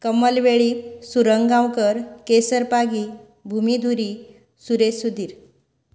Kamal Velip Surang Gaonkar Kesar Pagi Bhumi Dhuri Suresh Sudhir